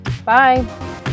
Bye